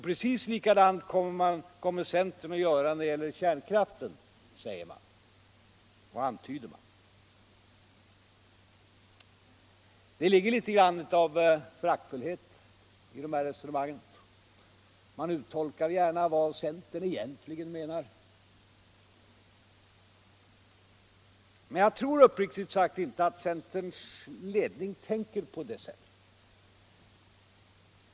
Precis likadant kommer centern att göra när det gäller kärnkraften, säger och antyder man. Det ligger litet av föraktfullhet i de här resonemangen. Man uttolkar gärna vad centern egentligen menar. Men jag tror uppriktigt sagt inte att centerns ledning tänker på det sättet.